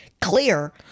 clear